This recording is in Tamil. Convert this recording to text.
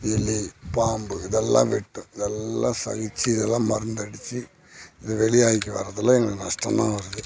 எலி பாம்பு இதெல்லாம் வெட்டும் இதெல்லாம் சலித்து இதெல்லாம் மருந்தடிச்சு இதை வெளியாக்கி வரதெல்லாம் எங்களுக்கு நஷ்டமாக வருது